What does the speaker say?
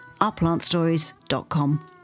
ourplantstories.com